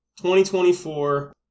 2024